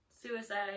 suicide